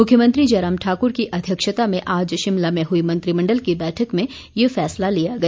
मुख्यमंत्री जयराम ठाक्र की अध्यक्षता में आज शिमला में हई मंत्रिमंडल की बैठक में यह फैसला लिया गया